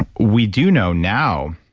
we do know now